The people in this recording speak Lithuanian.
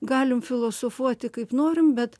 galim filosofuoti kaip norim bet